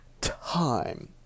time